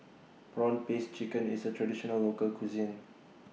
Prawn Paste Chicken IS A Traditional Local Cuisine